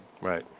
Right